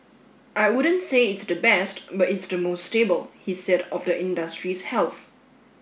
I wouldn't say it's the best but it's the most stable he said of the industry's health